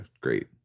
great